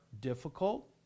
difficult